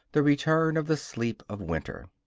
the return of the sleep of winter.